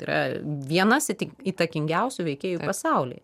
yra vienas įte įtakingiausių veikėjų pasauly